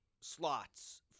slots